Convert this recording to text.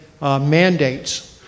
mandates